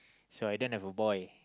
so I didn't have a boy